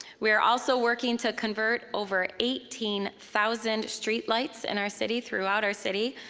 we are also working to convert over eighteen thousand street lights in our city, throughout our city,